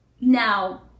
Now